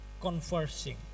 conversing